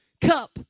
cup